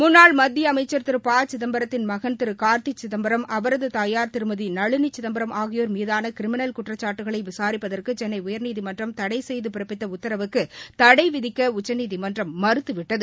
முன்னாள் மத்திய அமைச்சர் திரு ப சிதம்பரத்தின் மகன் திரு கார்த்தி சிதம்பரம் அவரது தாயார் திருமதி நளினி சிதம்பரம் ஆகியோா் மீதான கிரிமினல் குற்றச்சாட்டுக்களை விசாரிப்பதற்கு சென்னை உயர்நீதிமன்றம் தடை செய்து பிறப்பித்த உத்தரவுக்கு தடை விதிக்க உச்சநீதிமன்றம் மறுத்துவிட்டது